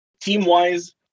team-wise